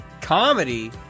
Comedy